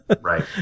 Right